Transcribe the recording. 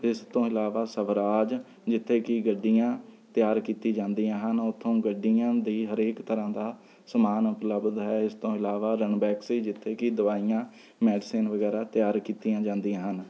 ਇਸ ਤੋਂ ਇਲਾਵਾ ਸਵਰਾਜ ਜਿੱਥੇ ਕਿ ਗੱਡੀਆਂ ਤਿਆਰ ਕੀਤੀ ਜਾਂਦੀਆਂ ਹਨ ਉੱਥੋਂ ਗੱਡੀਆਂ ਦੀ ਹਰੇਕ ਤਰ੍ਹਾਂ ਦਾ ਸਮਾਨ ਉਪਲੱਬਧ ਹੈ ਇਸ ਤੋਂ ਇਲਾਵਾ ਰਣਬੈਕਸੀ ਜਿੱਥੇ ਕਿ ਦਵਾਈਆਂ ਮੈਡੀਸਨ ਵਗੈਰਾ ਤਿਆਰ ਕੀਤੀਆਂ ਜਾਂਦੀਆਂ ਹਨ